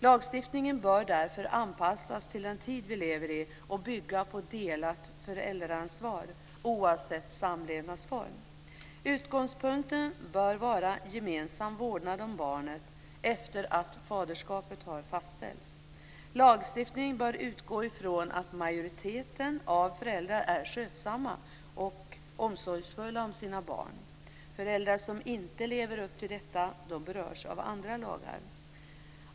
Lagstiftningen bör därför anpassas till den tid vi lever i och bygga på ett delat föräldraansvar, oavsett samlevnadsform. Utgångspunkten bör vara gemensam vårdnad om barnet efter det att faderskapet har fastställts. Lagstiftningen bör utgå från att en majoritet av föräldrarna är skötsamma och omsorgsfulla om sina barn. Föräldrar som inte lever upp till detta berörs av andra lagar.